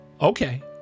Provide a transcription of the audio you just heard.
Okay